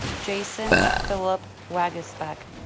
jason phillip waguespack